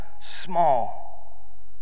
small